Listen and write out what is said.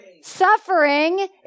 suffering